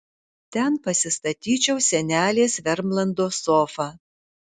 ten pasistatyčiau senelės vermlando sofą